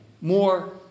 more